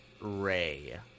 Ray